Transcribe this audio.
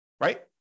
right